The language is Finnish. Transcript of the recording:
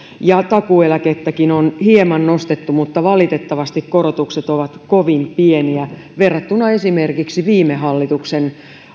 ja takuueläkettäkin on hieman nostettu valitettavasti korotukset ovat kovin pieniä verrattuna esimerkiksi viime hallituksen